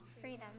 Freedom